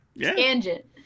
Tangent